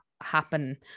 happen